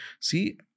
see